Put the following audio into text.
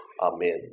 Amen